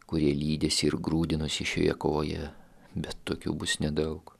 kurie lydėsi ir grūdinosi šioje kovoje bet tokių bus nedaug